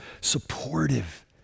supportive